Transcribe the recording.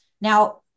Now